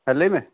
ᱦᱮᱸ ᱞᱟᱹᱭ ᱢᱮ